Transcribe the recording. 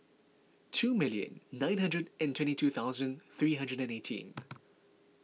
two million nine hundred and twenty two thousand three hundred and eighteen